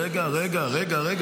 רגע, רגע.